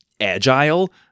agile